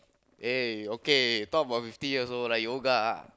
eh okay talk about fifty years old like yoga